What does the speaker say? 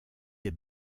des